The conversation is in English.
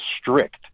strict